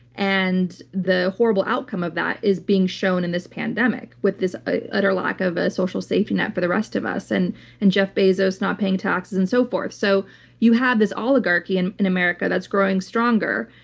and the horrible outcome of that is being shown in this pandemic with this ah utter lack of a social safety net for the rest of us and and jeff bezos not paying taxes and so forth. so you have this oligarchy and in america that's growing stronger,